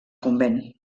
convent